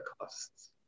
costs